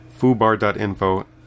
FooBar.info